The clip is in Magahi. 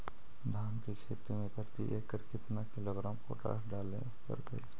धान की खेती में प्रति एकड़ केतना किलोग्राम पोटास डाले पड़तई?